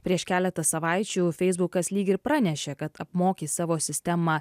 prieš keletą savaičių feisbukas lyg ir pranešė kad apmokys savo sistemą